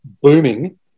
booming